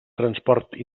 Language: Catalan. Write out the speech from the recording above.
transport